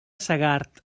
segart